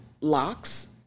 locks